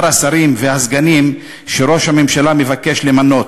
השרים והסגנים שראש הממשלה מבקש למנות.